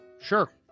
Sure